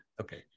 Okay